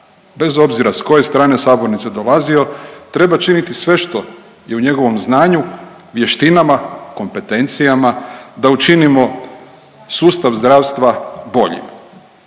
bez obzira s koje strane sabornice dolazio treba činiti sve što je u njegovom znanju, vještinama, kompetencijama da učinimo sustav zdravstva boljim.